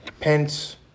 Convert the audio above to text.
Pence